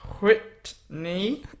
Whitney